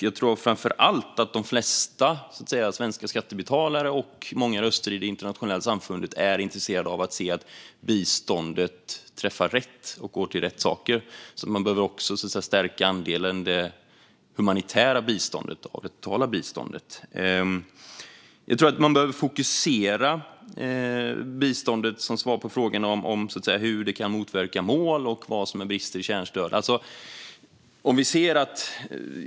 Jag tror framför allt att de flesta svenska skattebetalare och många röster i det internationella samfundet är intresserade av att se att biståndet träffar rätt och går till rätt saker. Man behöver också stärka andelen humanitärt bistånd av det totala biståndet. Som svar på frågorna om hur det kan motverka mål och vad som är brister i kärnstödet tror jag att man behöver fokusera biståndet.